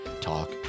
Talk